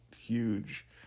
huge